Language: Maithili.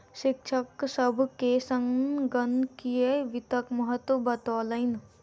शिक्षक सभ के संगणकीय वित्तक महत्त्व बतौलैन